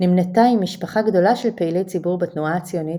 נמנתה עם ממשפחה גדולה של פעילי ציבור בתנועה הציונית,